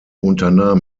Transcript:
unternahm